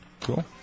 Cool